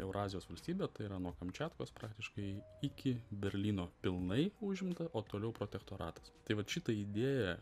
eurazijos valstybė tai yra nuo kamčiatkos praktiškai iki berlyno pilnai užimta o toliau protektoratas tai vat šitą idėją